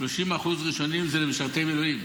30% ראשונים זה למשרתי מילואים.